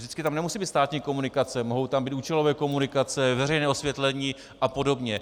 Vždycky tam nemusí být státní komunikace, mohou tam být účelové komunikace, veřejné osvětlení apod.